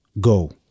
go